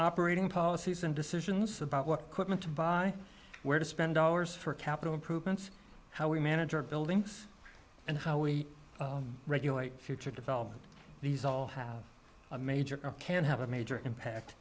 operating policies and decisions about what quint to buy where to spend dollars for capital improvements how we manage our buildings and how we regulate future development these all have a major can have a major impact